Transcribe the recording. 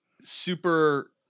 super